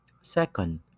Second